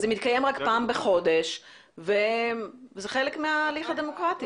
הישיבה מתקיימת רק פעם בחודש וזה חלק מההליך הדמוקרטי.